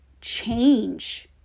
change